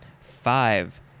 Five